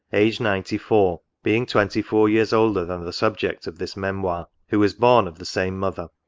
aged ninety-four, being twenty four years older than the subject of this memoir, who was born of the same mother.